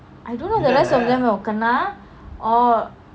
I don't know the rest of them will kena or